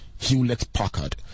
Hewlett-Packard